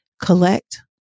collect